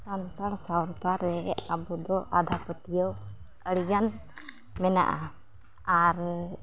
ᱥᱟᱱᱛᱟᱲ ᱥᱟᱶᱛᱟᱨᱮ ᱟᱵᱚᱫᱚ ᱟᱸᱫᱷᱟ ᱯᱟᱹᱛᱭᱟᱹᱣ ᱟᱹᱰᱤᱜᱟᱱ ᱢᱮᱱᱟᱜᱼᱟ ᱟᱨ